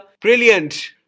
Brilliant